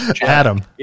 Adam